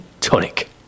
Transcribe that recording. tonic